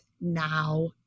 now